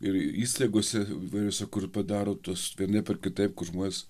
ir įstaigose įvairiose kur padaro tuos vienaip ar kitaip kur žmonės